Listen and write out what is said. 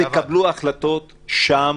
תקבלו החלטות שם